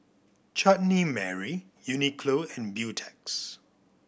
Chutney Mary Uniqlo and Beautex